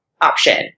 option